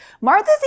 Martha's